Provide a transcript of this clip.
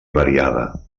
variada